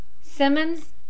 Simmons